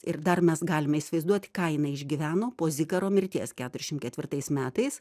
ir dar mes galime įsivaizduoti ką jinai išgyveno po zikaro mirties keturiasdešim ketvirtais metais